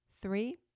Three